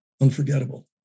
unforgettable